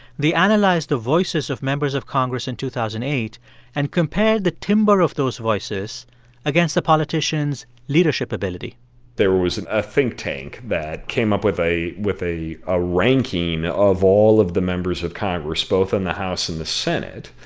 analyzed the voices of members of congress in two thousand and eight and compared the timbre of those voices against the politician's leadership ability there was a think tank that came up with a with a ah ranking of all of the members of congress, both in the house and the senate,